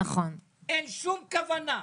אין שום כוונה,